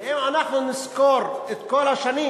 אם אנחנו נזכור את כל השנים